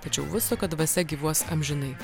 tačiau vudstoko dvasia gyvuos amžinai